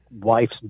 wife's